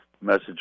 message